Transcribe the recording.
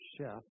chef